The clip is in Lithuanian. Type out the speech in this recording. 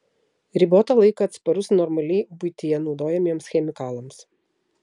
ribotą laiką atsparus normaliai buityje naudojamiems chemikalams